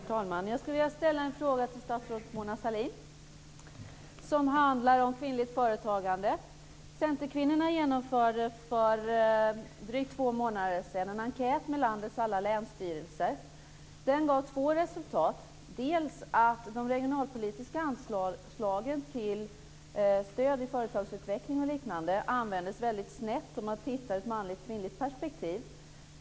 Herr talman! Jag skulle vilja ställa en fråga till statsrådet Mona Sahlin som handlar om kvinnligt företagande. Centerkvinnorna genomförde för drygt två månader sedan en enkät med landets alla länsstyrelser. Den gav två resultat. Det första var att de regionalpolitiska anslagen till stöd till företagsutveckling användes väldigt snett om man tittar i ett manligt-kvinnligt perspektiv.